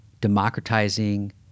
democratizing